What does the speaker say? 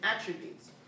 attributes